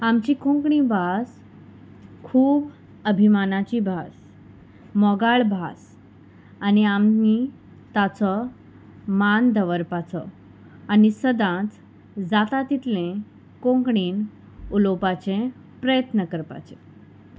आमची कोंकणी भास खूब अभिमानाची भास मोगाळ भास आनी आमी ताचो मान दवरपाचो आनी सदांच जाता तितलें कोंकणींत उलोवपाचे प्रयत्न करपाचे